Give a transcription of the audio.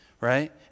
Right